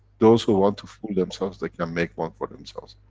those who want to fool themselves, they can make one for themselves.